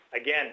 Again